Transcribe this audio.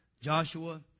Joshua